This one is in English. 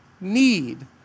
need